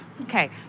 Okay